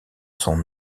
son